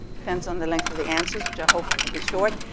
depends on the length of the answers which i hope will be short,